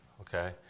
okay